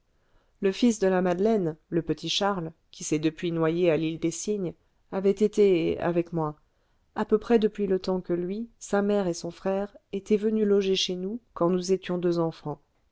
le fils de la madeleine le petit charles qui s'est depuis noyé à l'île des cygnes avait été avec moi à peu près depuis le temps que lui sa mère et son frère étaient venu loger chez nous quand nous étions deux enfants